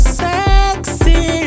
sexy